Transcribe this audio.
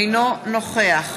אינו נוכח